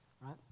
right